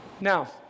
Now